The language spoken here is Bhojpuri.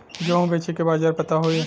गेहूँ बेचे के बाजार पता होई?